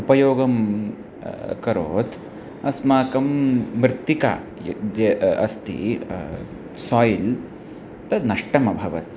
उपयोगं अकरोत् अस्माकं मृत्तिका यद्यत् अस्ति सायिल् तद् नष्टमभवत्